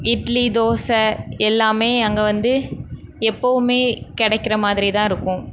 இட்லி தோசை எல்லாமே அங்கே வந்து எப்போதுமே கிடைக்கிற மாதிரி தான் இருக்கும்